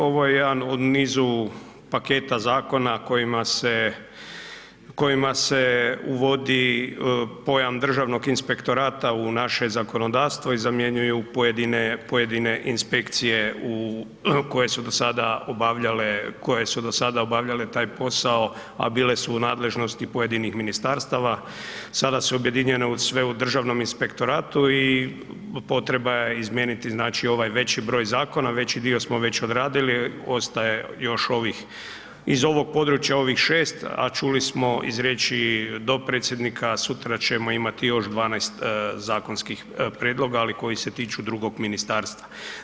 Ovo je jedan u nizu paketa zakona kojima se uvodi pojam Državnog inspektorata u naše zakonodavstvo i zamjenjuju pojedine inspekcije koje su do sada obavljale taj posao a bile su u nadležnosti pojedinih ministarstava, sada su objedinjene sve u državnom inspektoratu i potreba je izmijeniti znači ovaj veći broj zakona, veći dio smo već odradili, ostaje još ovih, iz ovog područja, ovih 6 a čuli smo iz riječi dopredsjednika sutra ćemo imati i još 12 zakonskih prijedloga ali koji se tiču drugog ministarstva.